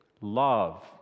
love